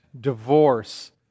divorce